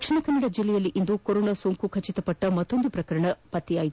ದಕ್ಷಿಣ ಕನ್ನಡ ಜಿಲ್ಲೆಯಲ್ಲಿ ಇಂದು ಕೊರೋನಾ ಸೋಂಕು ದೃಢಪಟ್ಟ ಮತ್ತೊಂದು ಪ್ರಕರಣ ವರದಿಯಾಗಿದೆ